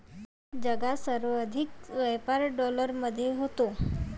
जगात सर्वाधिक व्यापार डॉलरमध्ये होतो